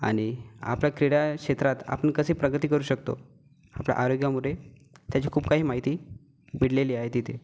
आणि आपलं क्रीडाक्षेत्रात आपण कशी प्रगती करू शकतो आपल्या आरोग्यमुळे त्याची खूप काही माहिती भीडलेली आहे तिथे